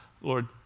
Lord